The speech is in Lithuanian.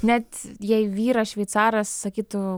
net jei vyras šveicaras sakytų